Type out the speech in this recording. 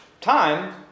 time